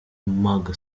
mgr